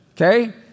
okay